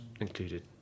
included